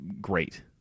great